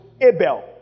Abel